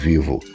Vivo